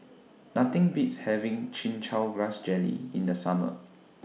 Nothing Beats having Chin Chow Grass Jelly in The Summer